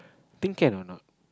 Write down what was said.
think can or not